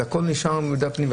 זה הכול נשאר מידע פנים.